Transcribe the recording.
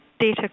Data